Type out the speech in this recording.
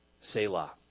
Selah